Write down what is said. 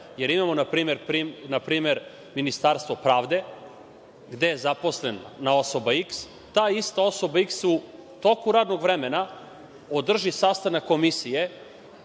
jer imamo na primer Ministarstvo pravde, gde je zaposlena osoba iks, ta ista osoba iks, u toku radnog vremena, održi sastanak komisije